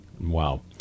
wow